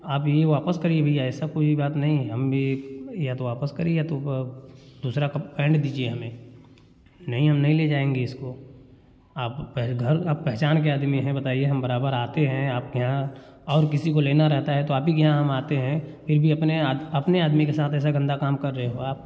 आप ये वापस करिए भैया ऐसा कोई बात नहीं है हम भी या तो वापस करिए या तो व दूसरा कप पैंट दीजिए हमें नहीं हम नहीं ले जाएँगे इसको आप पहले घर आप पहचान के आदमी हैं बताइए हम बराबर आते हैं आपके यहाँ और किसी को लेना रहता है तो आप ही के यहाँ हम आते हैं फिर भी अपने आद अपने आदमी के साथ ऐसा गन्दा काम कर रहे हो आप